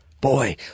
boy